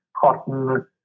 cotton